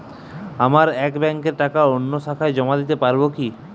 আমার এক ব্যাঙ্কের টাকা অন্য শাখায় জমা দিতে পারব কি?